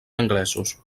anglesos